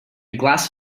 glass